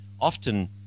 often